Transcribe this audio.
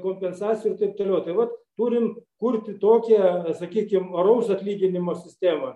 kompensacijų ir taip toliau tai vat turim kurti tokią sakykim oraus atlyginimo sistemą